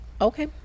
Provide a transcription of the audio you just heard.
Okay